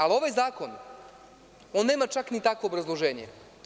Ali ovaj zakon, on nema čak ni takvo obrazloženje.